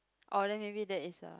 orh then maybe that is a